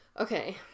Okay